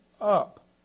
up